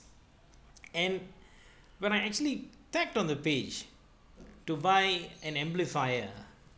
and when I actually tagged on the page to buy an amplifier